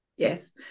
Yes